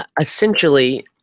essentially